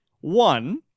one